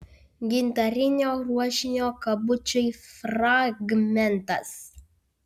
gintarinio ruošinio kabučiui fragmentas